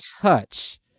touch